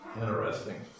interesting